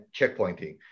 checkpointing